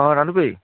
অঁ জাহ্নৱী